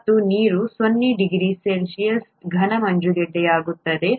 ಮತ್ತು ನೀರು 0 degree C ನಲ್ಲಿ ಘನ ಮಂಜುಗಡ್ಡೆಯಾಗುತ್ತದೆ